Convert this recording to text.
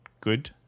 good